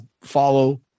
Follow